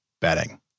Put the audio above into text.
betting